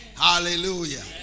Hallelujah